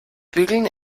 bügeln